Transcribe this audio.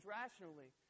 rationally